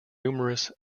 numerous